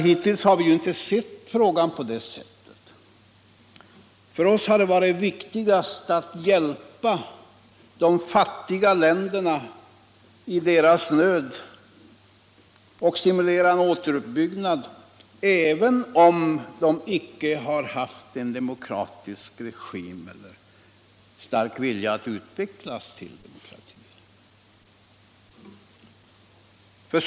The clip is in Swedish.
Hittills har vi inte sett problemet så. För oss har det varit viktigast att hjälpa de fattiga länderna i deras nöd och stimulera en återuppbyggnad även om de icke har haft demokratiska regimer eller en stark vilja att utvecklas till demokratier.